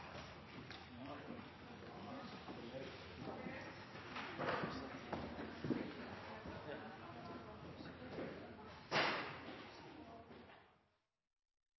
Nå har